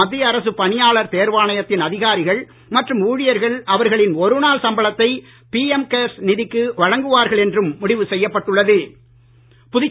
மத்திய அரசு பணியாளர் தேர்வாணையத்தின் அதிகாரிகள் மற்றும் ஊழியர்கள் அவர்களின் ஒருநாள் சம்பளத்தை பிஎம் கேர்ஸ் நிதிக்கு வழங்குவார்கள் என்றும் முடிவு செய்யப்பட்டுள்ளது